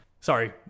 Sorry